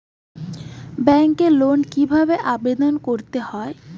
ব্যাংকে লোন কিভাবে আবেদন করতে হয়?